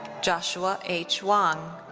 joshua h. wang.